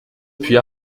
puis